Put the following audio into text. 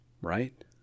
Right